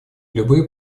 любые